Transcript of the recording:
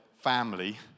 family